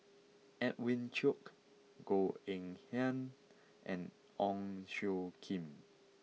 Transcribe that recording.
Edwin Koek Goh Eng Han and Ong Tjoe Kim